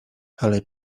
ale